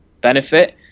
benefit